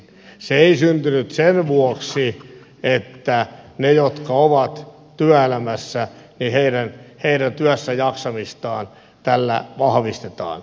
se ei syntynyt sen vuoksi että niiden jotka ovat työelämässä työssäjaksamista tällä vahvistetaan